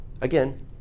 Again